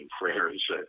prayers